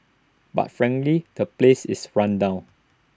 but frankly the place is run down